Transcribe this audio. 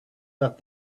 that